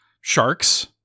sharks